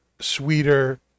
sweeter